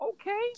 okay